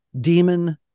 demon